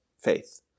faith